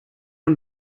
een